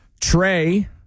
Trey